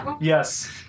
yes